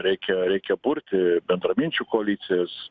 reikia reikia burti bendraminčių koalicijas